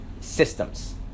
systems